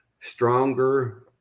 stronger